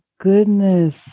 goodness